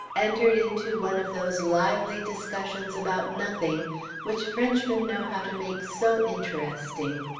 entered into one of those lively discussions about nothing which frenchmen know how to make so interesting.